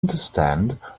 understand